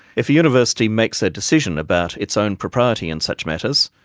if a university makes a decision about its own propriety in such matters,